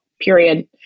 period